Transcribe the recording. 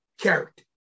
character